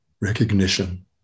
recognition